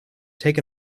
take